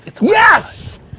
Yes